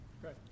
Great